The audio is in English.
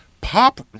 Pop